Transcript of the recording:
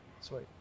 sweet